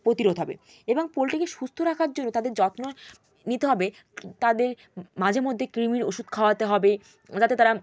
প্রতিরোধ হবে এবং পোলট্রিকে সুস্থ রাখার জন্য তাদের যত্ন নিতে হবে তাদের মাঝেমধ্যে কৃমির ওষুধ খাওয়াতে হবে যাতে তারা